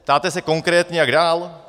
Ptáte se konkrétně, jak dál?